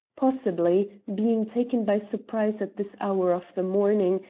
possibly, being taken by surprise at this hour of the morning,